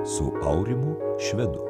su aurimu švedu